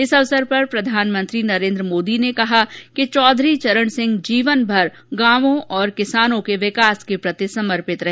इस अवसर पर प्रधानमंत्री नरेंद्र मोदी ने कहा है कि चौधरी चरण सिंह जीवनभर गांवों और किसानों के विकास के प्रति समर्पित रहे